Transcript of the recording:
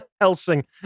Helsing